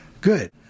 Good